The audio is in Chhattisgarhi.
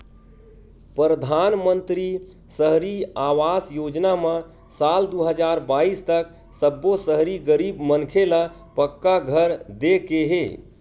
परधानमंतरी सहरी आवास योजना म साल दू हजार बाइस तक सब्बो सहरी गरीब मनखे ल पक्का घर दे के हे